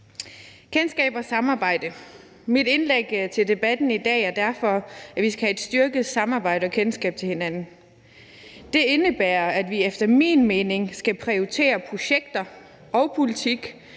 kendskab og samarbejde. Mit indlæg til debatten i dag er derfor, at vi skal have et styrket samarbejde og kendskab til hinanden. Det indebærer, at vi efter min mening skal prioritere projekter og politik,